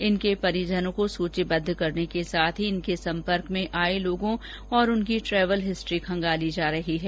इनके परिवारजनों को सूचिबद्ध करने के साथ ही इनके संपर्क में आये लोगों तथा उनकी ट्रेवल हिस्ट्री खंगाली जा रही है